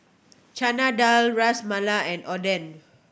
Chana Dal Ras Malai and Oden